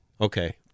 okay